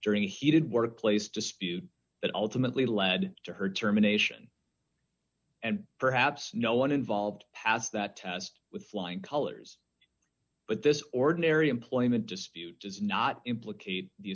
during a heated workplace dispute that ultimately led to her terminations and perhaps no one involved has that test with flying colors but this ordinary employment dispute does not implicate the